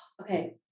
Okay